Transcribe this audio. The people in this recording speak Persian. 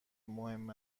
مهم